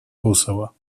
косово